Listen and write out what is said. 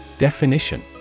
Definition